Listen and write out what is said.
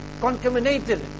contaminated